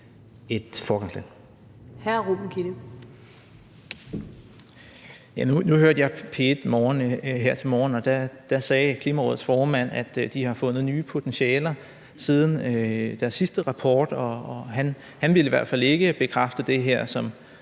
Nu hørte jeg P1 Morgen her til morgen, og der sagde Klimarådets formand, at de har fundet nye potentialer siden deres sidste rapport, og han ville i hvert fald ikke bekræfte det, som